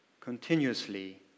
continuously